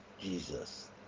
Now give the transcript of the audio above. Jesus